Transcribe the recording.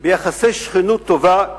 ביחסי שכנות טובה,